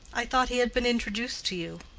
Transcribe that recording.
i thought he had been introduced to you.